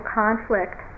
conflict